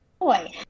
Boy